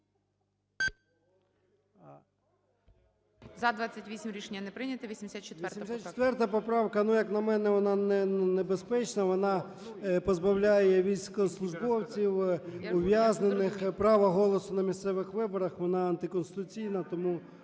За-28 Рішення не прийнято. 84 поправка. 17:22:06 ЧЕРНЕНКО О.М. 84 поправка, ну, як на мене вона небезпечна, вона позбавляє військовослужбовців, ув'язнених права голосу на місцевих виборах, вона антиконституційна, тому